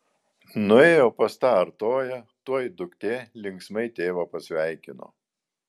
nuėjo pas tą artoją tuoj duktė linksmai tėvą pasveikino